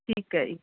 ਠੀਕ ਹੈ ਜੀ